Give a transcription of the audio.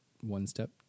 one-step